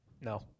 No